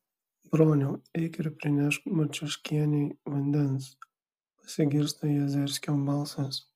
broniau eik ir prinešk marciuškienei vandens pasigirsta jazerskio balsas